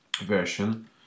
version